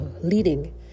leading